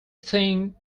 think